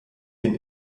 den